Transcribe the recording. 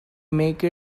make